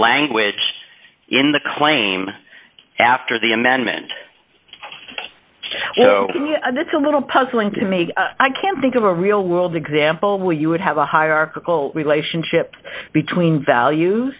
language in the claim after the amendment and it's a little puzzling to me i can't think of a real world example where you would have a hierarchical relationship between values